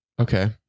okay